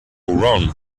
wrong